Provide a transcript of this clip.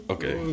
Okay